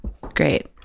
great